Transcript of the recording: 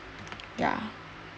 ya